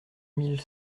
mille